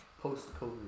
post-covid